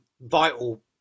vital